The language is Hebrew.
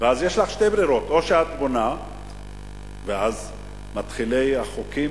יש לך שתי ברירות: או שאת בונה ואז מתחילים החוקים,